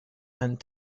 and